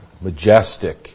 majestic